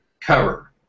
cover